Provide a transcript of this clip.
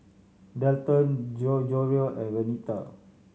Dalton Gregorio and Renita